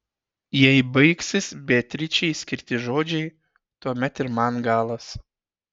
jei baigsis beatričei skirti žodžiai tuomet ir man galas